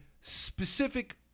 specific